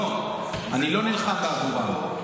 לא, אני לא נלחם בעבורם.